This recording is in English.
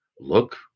look